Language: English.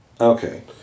Okay